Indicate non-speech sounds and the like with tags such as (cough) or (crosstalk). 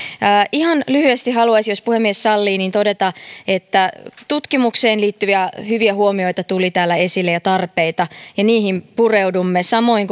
ihan lyhyesti haluaisin jos puhemies sallii todeta että tutkimukseen liittyviä hyviä huomioita tuli täällä esille ja niihin pureudumme samoin (unintelligible)